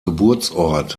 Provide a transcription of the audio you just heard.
geburtsort